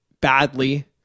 Badly